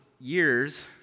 Years